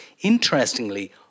Interestingly